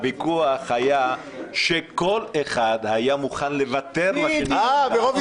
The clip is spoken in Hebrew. הוויכוח היה שכל אחד היה מוכן לוותר --- בדיוק.